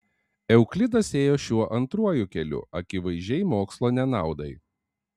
euklidas ėjo šiuo antruoju keliu akivaizdžiai mokslo nenaudai